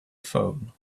phone